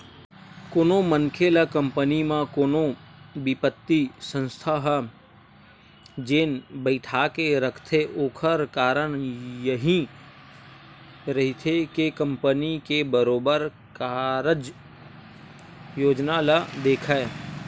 कोनो मनखे ल कंपनी म कोनो बित्तीय संस्था ह जेन बइठाके रखथे ओखर कारन यहीं रहिथे के कंपनी के बरोबर कारज योजना ल देखय